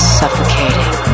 suffocating